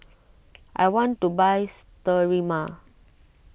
I want to buy Sterimar